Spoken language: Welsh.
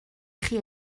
chi